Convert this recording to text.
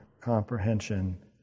comprehension